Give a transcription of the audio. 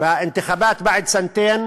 קיום הבחירות לאחר שנתיים